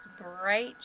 bright